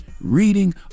Reading